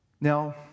Now